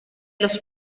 los